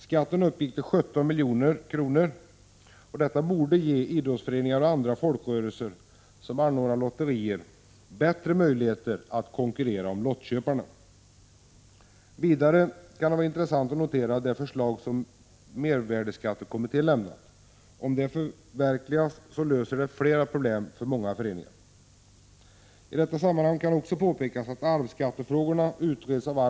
Skatten uppgick till 17 milj.kr. Detta borde ge idrottsföreningar och andra folkrörelser som anordnar lotterier bättre möjligheter att konkurrera om lottköparna. Det kan dessutom vara intressant att notera det förslag som mervärdeskattekommittén lämnat. Om det förverkligas löser det flera problem för många föreningar. I detta sammanhang kan det påpekas att arvsskattefrågorna utreds av arvs — Prot.